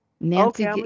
Nancy